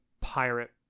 pirate